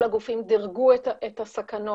כל הגופים דירגו את הסכנות,